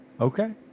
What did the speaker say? Okay